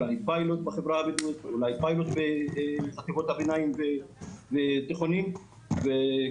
בפיילוט בחטיבות הביניים ובתיכונים או בחברה הבדואית.